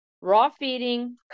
raw-feeding